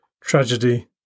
Tragedy